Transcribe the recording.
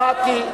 שמעתי.